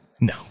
No